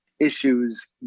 issues